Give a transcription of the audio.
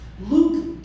Luke